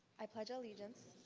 i pledge allegiance